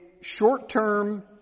short-term